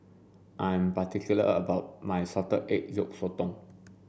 I am particular about my salted egg yolk sotong